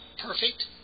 perfect